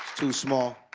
too small.